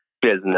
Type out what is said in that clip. business